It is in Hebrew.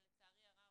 ולצערי הרב,